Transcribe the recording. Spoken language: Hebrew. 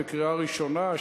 בקריאה ראשונה,